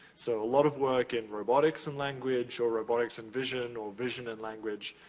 so, a lot of work in robotics and language or robotics and vision, or vision and language.